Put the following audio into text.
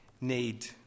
need